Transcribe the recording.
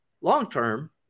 long-term